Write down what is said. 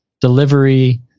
delivery